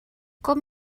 com